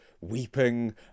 weeping